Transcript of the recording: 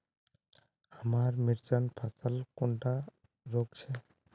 हमार मिर्चन फसल कुंडा रोग छै?